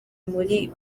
muri